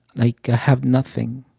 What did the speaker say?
i have nothing.